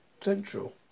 Central